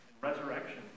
resurrection